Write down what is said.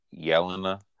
Yelena